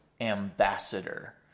ambassador